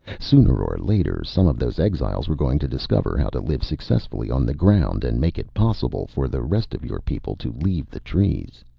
sooner or later, some of those exiles were going to discover how to live successfully on the ground and make it possible for the rest of your people to leave the trees.